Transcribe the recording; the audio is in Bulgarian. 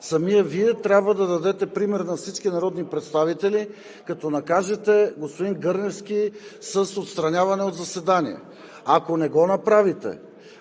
Вие трябва да дадете пример на всички народни представители, като накажете господин Гърневски с отстраняване от заседанието. Ако не го направите